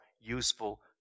useful